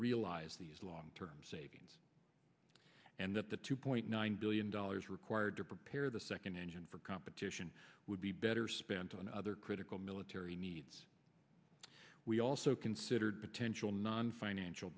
realize these long term savings and that the two point nine billion dollars required to prepare the second engine for competition would be better spent on other critical military needs we also considered potential nonfinancial